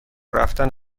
رفتن